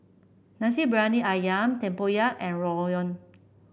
Nasi Briyani ayam tempoyak and rawon